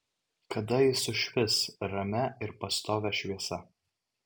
kada ji sušvis ramia ir pastovia šviesa